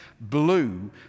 blue